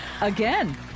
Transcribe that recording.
Again